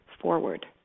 forward